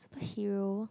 that hero